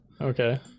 Okay